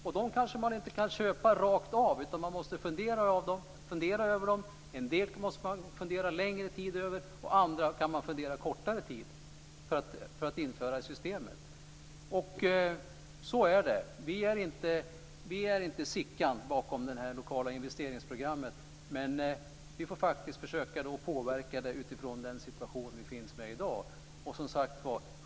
Man kan kanske inte köpa dessa rakt av, utan man måste kanske fundera över dem. En del måste man fundera längre tid över och andra kan man fundera kortare tid över innan man inför dem i systemet. Så är det. Vi är inte Sickan bakom de lokala investeringsprogrammen. Vi får faktiskt försöka att påverka dem utifrån den situation där vi befinner oss i dag.